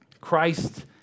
Christ